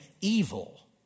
evil